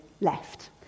left